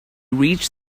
reached